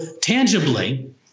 tangibly